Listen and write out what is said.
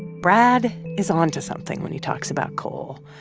brad is on to something when he talks about coal.